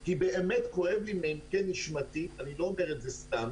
כי באמת כואב לי מעמקי נשמתי אני לא אומר את זה סתם